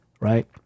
right